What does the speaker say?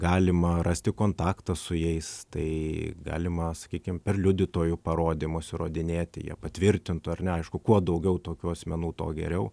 galima rasti kontaktą su jais tai galima sakykim per liudytojų parodymus įrodinėti jie patvirtintų ar ne aišku kuo daugiau tokių asmenų tuo geriau